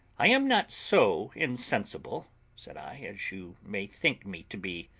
i am not so insensible said i, as you may think me to be.